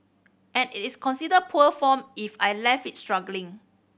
and is it considered poor form if I left it struggling